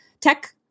tech